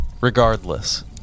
Regardless